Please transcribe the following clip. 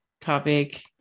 topic